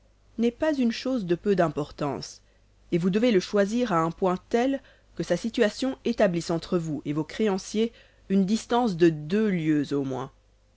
n'est pas une chose de peu d'importance et vous devez le choisir à un point tel que sa situation établisse entre vous et vos créanciers une distance de deux lieues au moins